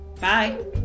Bye